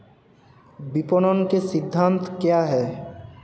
विपणन के सिद्धांत क्या हैं?